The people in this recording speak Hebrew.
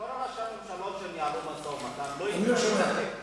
כבוד השר,